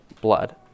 blood